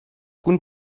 kun